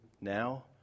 now